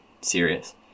serious